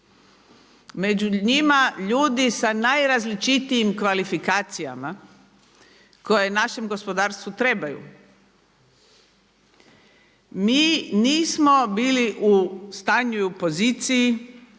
Među njima ljudi sa najrazličitijim kvalifikacijama koje našem gospodarstvu trebaju. Mi nismo bili u stanju i u poziciji